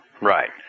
right